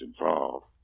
involved